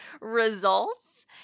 results